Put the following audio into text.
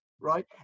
right